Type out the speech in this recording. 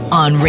on